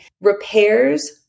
repairs